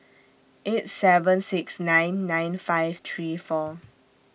eight seven six nine nine five three four